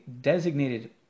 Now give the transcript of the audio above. designated